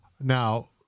now